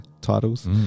titles